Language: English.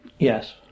Yes